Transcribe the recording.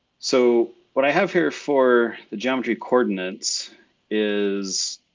so what i have here for the geometry coordinates is